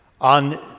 on